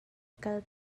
kal